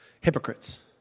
hypocrites